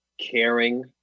caring